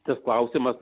tik klausimas